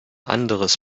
anderes